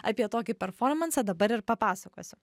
apie tokį performansą dabar ir papasakosiu